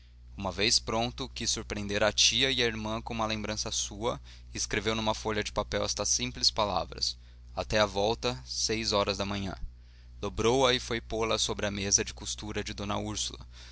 uma vez pronto quis surpreender a tia e a irmã com uma lembrança sua e escreveu numa folha de papel estas simples palavras até à volta horas da manhã dobrou a e foi pô-la sobre a mesa de costura de d úrsula